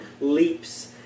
leaps